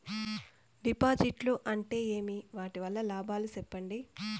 డిపాజిట్లు అంటే ఏమి? వాటి వల్ల లాభాలు సెప్పండి?